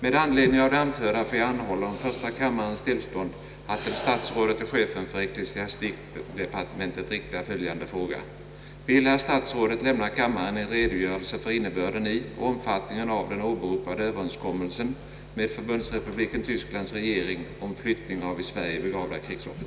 Med anledning av det anförda får jag anhålla om första kammarens tillstånd att till statsrådet och chefen för eckle siastikdepartementet rikta följande fråga: Vill herr statsrådet lämna kammaren en redogörelse för innebörden i och omfattningen av den åberopade överenskommelsen med Förbundsrepubliken Tysklands regering om flyttning av i Sverige begravda krigsoffer?